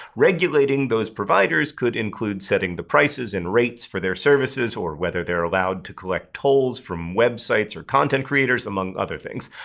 regulating those providers could include setting the prices and rates for their services or whether they're allowed to collect tolls from websites or content creators, among other things.